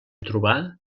trobar